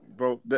Bro